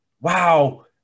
wow